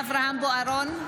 בושה וחרפה.